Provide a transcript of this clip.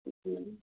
देखिऔ